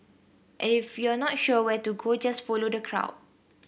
if you're not sure where to go just follow the crowd